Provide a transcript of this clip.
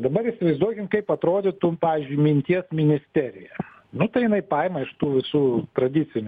dabar įsivaizduokim kaip atrodytų pavyzdžiui minties ministerija nu tai jinai paima iš tų visų tradicinių